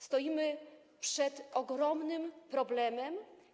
Stoimy przed ogromnym problemem.